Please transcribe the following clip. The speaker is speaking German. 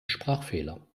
sprachfehler